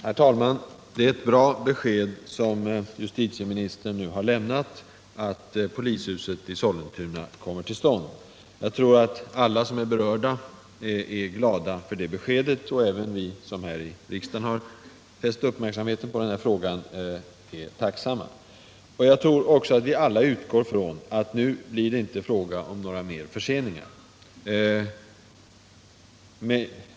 Herr talman! Det är ett bra besked som justitieministern nu har lämnat —-att polishuset i Sollentuna kommer till stånd. Jag tror att alla berörda är glada för det beskedet. Även vi som här i riksdagen har fäst uppmärksamheten på den här frågan är tacksamma. Jag tror också att vi alla utgår från att det nu inte blir fråga om några mer förseningar.